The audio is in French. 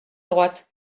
droite